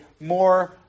more